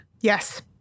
Yes